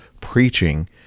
preaching